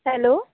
hello